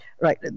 right